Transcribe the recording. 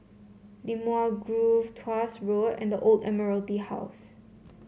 Limau Grove Tuas Road and The Old Admiralty House